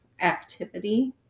activity